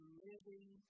living